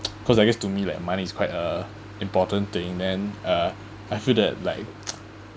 cause I guess to me like money is quite a important thing then uh I feel that like